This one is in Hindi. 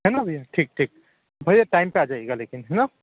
है ना भईया ठीक ठीक भैया टाइम पर आ जाएगा लेकिन है ना